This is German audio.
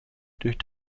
durch